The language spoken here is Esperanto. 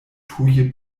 tuje